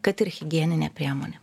kad ir higieninė priemonė